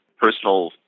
Personal